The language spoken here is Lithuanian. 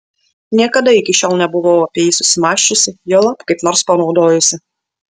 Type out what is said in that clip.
niekada iki šiol nebuvau apie jį susimąsčiusi juolab kaip nors panaudojusi